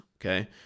okay